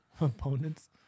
Opponents